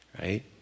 right